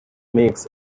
makes